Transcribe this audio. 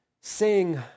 Sing